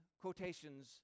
quotations